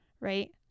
right